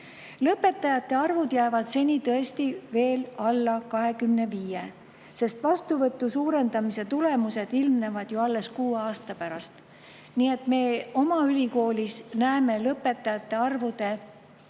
Lõpetajate arvud jäävad seni tõesti veel alla 25, sest vastuvõtu suurendamise tulemused ilmnevad ju alles kuue aasta pärast. Nii et me oma ülikoolis näeme lõpetajate arvu